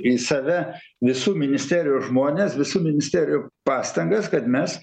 į save visų ministerijų žmones visų ministerijų pastangas kad mes